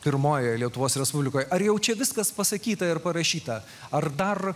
pirmojoje lietuvos respublikoje ar jau čia viskas pasakyta ir parašyta ar dar